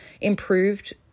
improved